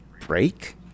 break